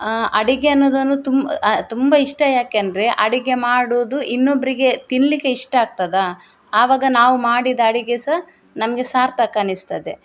ಅಡುಗೆ ಅನ್ನೋದು ಒಂದು ತುಂಬ ಇಷ್ಟ ಏಕೆಂದ್ರೆ ಅಡುಗೆ ಮಾಡೋದು ಇನ್ನೊಬ್ಬರಿಗೆ ತಿನ್ನಲಿಕ್ಕೆ ಇಷ್ಟ ಆಗ್ತದ ಅವಾಗ ನಾವು ಮಾಡಿದ ಅಡುಗೆ ಸಹಾ ನಮಗೆ ಸಾರ್ಥಕ ಅನ್ನಿಸ್ತದೆ